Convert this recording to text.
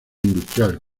industrial